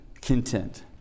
content